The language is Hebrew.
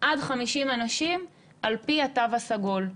עד 50 אנשים על פי התו הסגול.